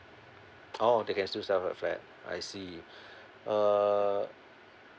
oh they can still sell the flat I see uh